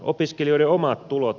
opiskelijoiden omat tulot